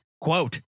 Quote